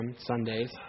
Sundays